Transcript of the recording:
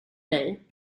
dig